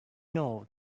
know